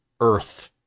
Earth